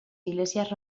iglesias